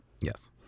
Yes